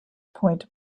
point